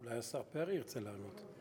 אולי השר פרי ירצה לענות?